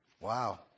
Wow